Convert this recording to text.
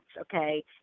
okay